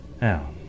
Now